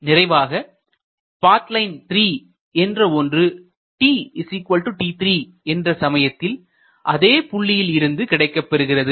நிறைவாக path line 3 என்ற ஒன்று tt3 என்ற சமயத்தில் அதே புள்ளியில் இருந்து கிடைக்கப் பெறுகிறது